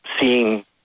seeing